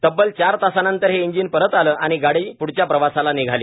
तब्बल चार तासानंतर हे इंजिन परत आलं आणि गाडी प्ढच्या प्रवासाला निघाली